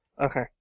Okay